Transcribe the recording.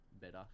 better